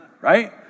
right